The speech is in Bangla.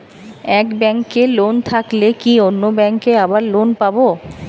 এক ব্যাঙ্কে লোন থাকলে কি অন্য ব্যাঙ্কে আবার লোন পাব?